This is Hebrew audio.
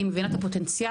היא מבינה את הפוטנציאל?